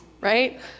right